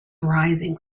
rising